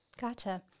gotcha